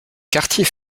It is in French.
quartier